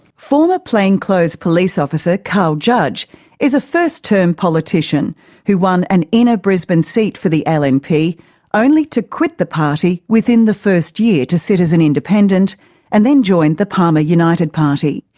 former plain clothes police officer carl judge is a first term politician who won an inner brisbane seat for the lnp only to quit the party within the first year to sit as an independent and then join the palmer united party.